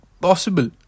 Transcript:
possible